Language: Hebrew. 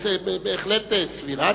שדירתו בהחלט סבירה,